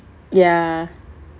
ya